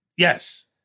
Yes